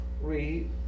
read